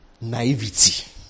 naivety